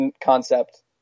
concept